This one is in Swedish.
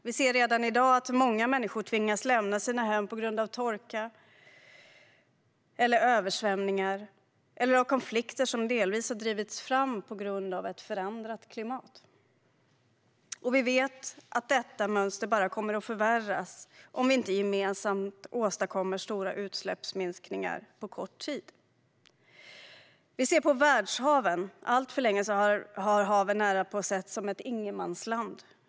Vi ser redan i dag att många människor tvingas lämna sina hem på grund av torka, översvämningar eller konflikter som delvis har drivits fram av ett förändrat klimat. Och vi vet att detta mönster bara kommer att förvärras om vi inte gemensamt åstadkommer stora utsläppsminskningar på kort tid. En tredje utmaning är världshaven. Alltför länge har haven närapå setts som ett ingenmansland.